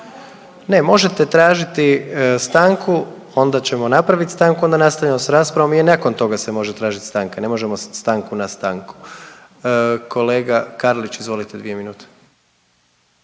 Ne, možete tražiti stanku, onda ćemo napravit stanku, onda nastavljamo s raspravom i nakon toga se može tražit stanka, ne možemo stanku na stanku. Kolega Karlić izvolite dvije minute.